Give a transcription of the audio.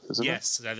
Yes